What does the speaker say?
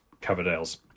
Coverdale's